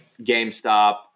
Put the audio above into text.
GameStop